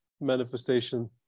manifestation